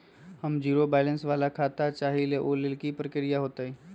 हम zero balance वाला खाता चाहइले वो लेल की की प्रक्रिया होतई?